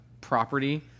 property